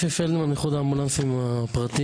אפי פלדמן איחוד האמבולנסים הפרטיים,